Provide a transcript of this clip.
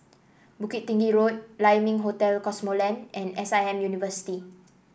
Bukit Tinggi Road Lai Ming Hotel Cosmoland and S I M University